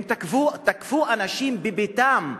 הם תקפו אנשים בביתם,